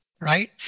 right